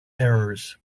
errors